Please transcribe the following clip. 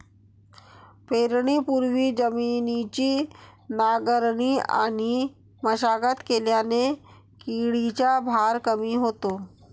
पेरणीपूर्वी जमिनीची नांगरणी आणि मशागत केल्याने किडीचा भार कमी होतो